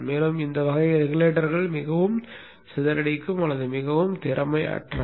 எனவே இந்த வகை ரெகுலேட்டர்கள் மிகவும் சிதறடிக்கும் மற்றும் மிகவும் திறமையற்றவை